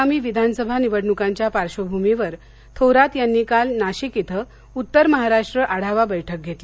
आगामी विधानसभा निवडणुकांच्या पार्श्वभूमीवर थोरात यांनी काल नाशिक इथं उत्तर महाराष्ट्र आढावा बैठक घेतली